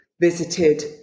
visited